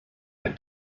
had